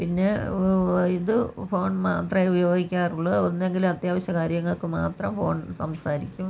പിന്നെ ഇത് ഫോൺ മാത്രമേ ഉപയോഗിക്കാറുള്ളൂ ഒന്നെങ്കിൽ അത്യാവശ്യ കാര്യങ്ങൾക്ക് മാത്രം ഫോൺ സംസാരിക്കും